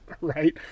Right